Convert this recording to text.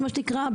מה שנקרא,